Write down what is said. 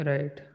Right